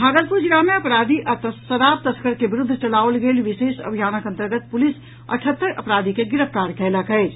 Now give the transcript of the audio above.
भागलपुर जिला मे अपराधी आ शराब तस्कर के विरूद्ध चलाओल गेल विशेष अभियानक अन्तर्गत पुलिस अठहत्तरि अपराधी के गिरफ्तार कयलक अछि